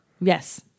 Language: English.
Yes